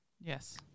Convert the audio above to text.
Yes